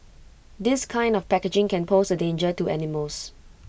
this kind of packaging can pose A danger to animals